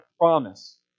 promise